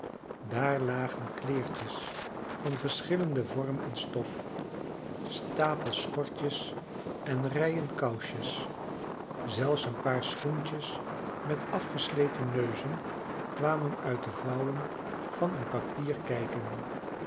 daar lagen kleertjes van verschillenden vorm en stof stapels schortjes en rijen kousjes zelfs een paar schoentjes met afgesleten neuzen kwamen uit de vouwen van een papier kijken